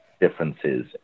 differences